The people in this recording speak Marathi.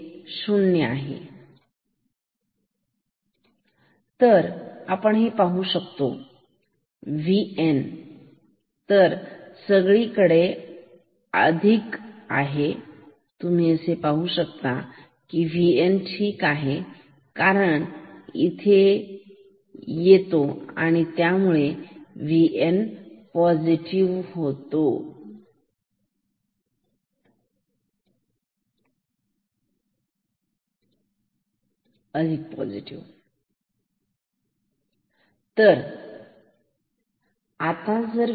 तर सगळीकडे आपल्याकडे अधिक म्हणजे प्लस आहे तुम्ही पाहू शकता VN इथे पॉझिटिव आहे ठीक कारण इथे चार्ज येतो आहे त्यामुळे VN पॉझिटिव आहे अधिक आहे